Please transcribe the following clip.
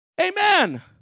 Amen